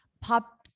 pop